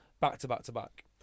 back-to-back-to-back